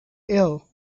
ill